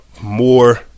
More